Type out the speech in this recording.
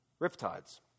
Riptides